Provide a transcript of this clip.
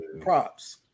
Props